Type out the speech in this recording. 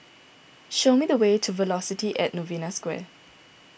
show me the way to Velocity at Novena Square